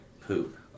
poop